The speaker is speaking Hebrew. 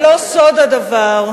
אתה לא, חבר הכנסת זאב, נא לצאת.